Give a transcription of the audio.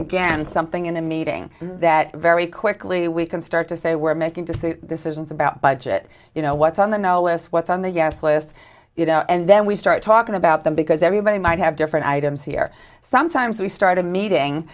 again something in a meeting that very quickly we can start to say we're making to suit decisions about budget you know what's on the no s what's on the yes list you know and then we start talking about them because everybody might have different items here sometimes we start a meeting